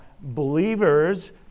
believers